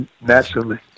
naturally